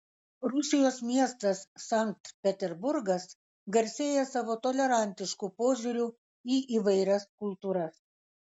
rusijos miestas sankt peterburgas garsėja savo tolerantišku požiūriu į įvairias kultūras